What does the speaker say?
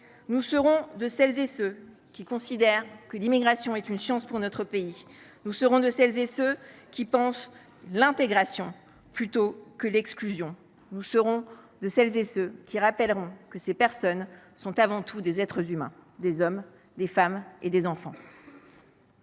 Nous serons de celles et de ceux qui considèrent que l’immigration représente une chance pour notre pays. Nous serons de celles et de ceux qui pensent l’intégration plutôt que l’exclusion. Nous serons de celles et de ceux qui rappellent que ces personnes sont avant tout des êtres humains : des hommes, des femmes et des enfants.